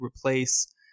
replace